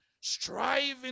striving